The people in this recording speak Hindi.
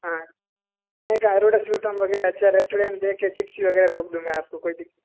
हाँ खाने का अरोड़ा स्वीट होम वग़ैरह अच्छा रेस्टोरेन्ट देख कर जिप्सी वग़ैरह रोक दूँगा आप को कोई दिक